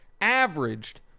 Averaged